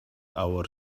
our